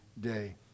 day